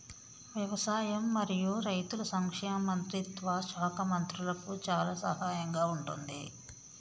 వ్యవసాయం మరియు రైతుల సంక్షేమ మంత్రిత్వ శాఖ రైతులకు చాలా సహాయం గా ఉంటుంది